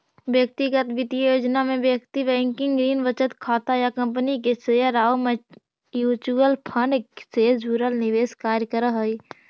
व्यक्तिगत वित्तीय योजना में व्यक्ति बैंकिंग, ऋण, बचत खाता या कंपनी के शेयर आउ म्यूचुअल फंड से जुड़ल निवेश कार्य करऽ हइ